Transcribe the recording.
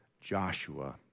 Joshua